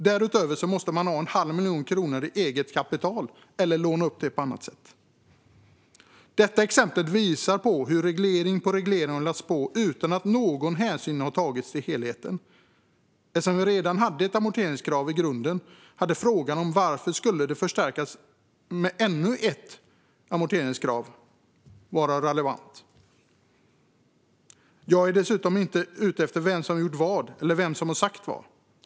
Därutöver måste man ha en halv miljon kronor i eget kapital, eller låna upp det på annat sätt. Detta exempel visar hur reglering på reglering har lagts på, utan att någon hänsyn har tagits till helheten. Eftersom vi redan hade ett amorteringskrav i grunden hade frågan om varför det skulle förstärkas med ännu ett varit relevant. Jag är inte ute efter vem som har gjort eller sagt vad.